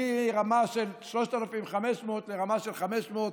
מרמה של 3,500 לרמה של 500,